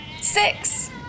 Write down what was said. Six